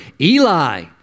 Eli